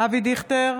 אבי דיכטר,